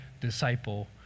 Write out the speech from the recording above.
disciple